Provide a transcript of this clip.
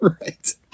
Right